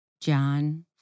John